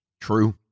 True